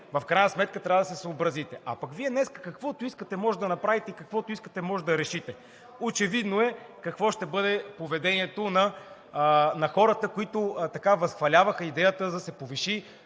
в крайна сметка трябва да се съобразите. А пък Вие днес каквото искате може да направите и каквото искате може да решите. Очевидно е какво ще бъде поведението на хората, които така възхваляваха идеята да се повиши